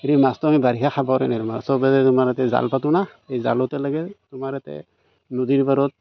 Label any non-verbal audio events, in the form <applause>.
মাছটো আমি বাৰিষা খাবৰ <unintelligible> মাছৰ কাৰণে জাল পাতোঁ না এই জালতে লাগে তোমাৰ ইয়াতে নদীৰ পাৰত